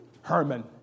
Herman